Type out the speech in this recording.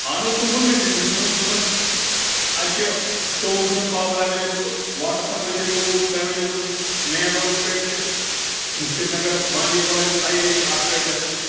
اہن حظ سُہ ووٚن مےٚ تٔمِس مےٚ وونمَس دوپَس اَتہِ چھِ ژۄوُہ گٲنٛٹہٕ پاوَر ایویلیبٕل واٹَر سپلے چھِ ژۄوُہ گٲنٛٹہٕ ایویلیبٕل مین روڈَس پٮ۪ٹھ چھِ سرینَگر بانڈی پوٗرہ یُس ہاے وے چھِ اَتھ پٮ۪ٹھ ہَسا چھِ